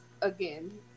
again